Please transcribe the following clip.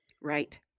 Right